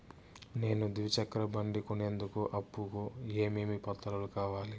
నేను ద్విచక్ర బండి కొనేందుకు అప్పు కు ఏమేమి పత్రాలు కావాలి?